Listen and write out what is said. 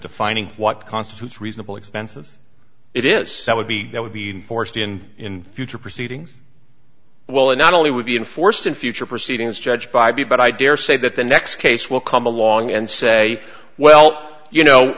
defining what constitutes reasonable expenses it is that would be that would be forced in in future proceedings well it not only would be enforced in future proceedings judge bybee but i dare say that the next case will come along and say well you know